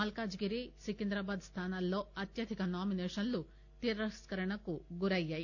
మల్కాజ్ గిరి సికింద్రాబాద్ స్థానాల్లో అత్యధిక నామిసేషన్లు తిరస్కరణకు గురయ్యాయి